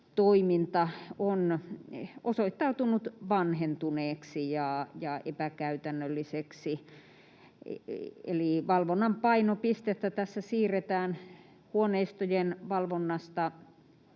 toiminta on osoittautunut vanhentuneeksi ja epäkäytännölliseksi. Valvonnan painopistettä tässä siirretään huoneistojen valvonnasta